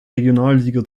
regionalliga